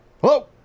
Hello